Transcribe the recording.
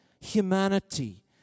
humanity